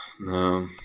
no